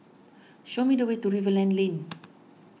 show me the way to River land Lane